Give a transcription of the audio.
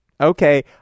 Okay